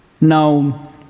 Now